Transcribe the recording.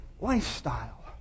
lifestyle